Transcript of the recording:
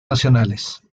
nacionales